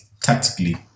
tactically